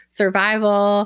survival